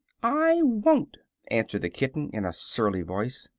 i won't answered the kitten, in a surly voice.